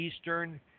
Eastern